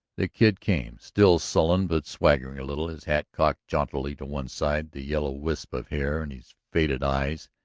the kid came, still sullen but swaggering a little, his hat cocked jauntily to one side, the yellow wisp of hair in his faded eyes.